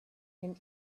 and